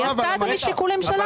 היא עשתה את זה משיקולים שלה.